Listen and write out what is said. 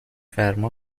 فرما